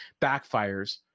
backfires